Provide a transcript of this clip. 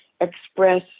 express